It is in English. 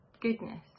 goodness